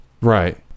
right